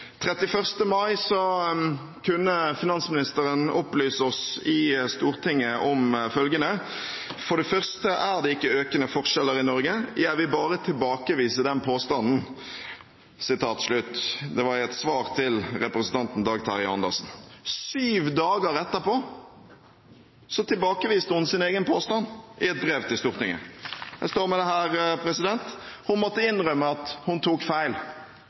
31. mai kunne finansministeren opplyse oss i Stortinget om følgende: «For det første er det ikke økende forskjeller i Norge. Jeg vil bare tilbakevise den påstanden.» Det var i et svar til representanten Dag Terje Andersen. Syv dager etterpå tilbakeviste hun sin egen påstand i et brev til Stortinget. Jeg står med det her. Hun måtte innrømme at hun tok feil.